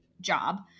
job